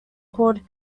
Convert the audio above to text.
called